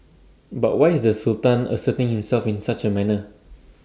but why is the Sultan asserting himself in such A manner